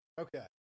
Okay